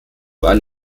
eine